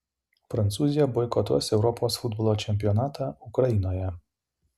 prancūzija boikotuos europos futbolo čempionatą ukrainoje